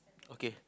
okay